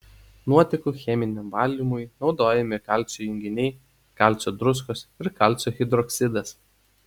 nuotekų cheminiam valymui naudojami kalcio junginiai kalcio druskos ir kalcio hidroksidas